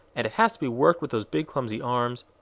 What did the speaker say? and it has to be worked with those big, clumsy arms.